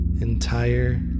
entire